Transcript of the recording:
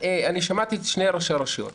שמעתי את שני ראשי הרשויות.